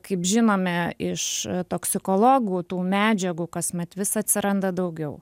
kaip žinome iš toksikologų tų medžiagų kasmet vis atsiranda daugiau